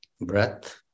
breath